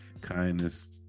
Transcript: kindness